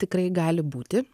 tikrai gali būti